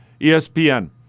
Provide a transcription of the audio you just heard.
ESPN